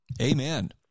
Amen